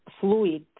fluid